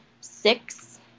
six